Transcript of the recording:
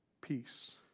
peace